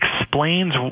explains